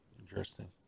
Interesting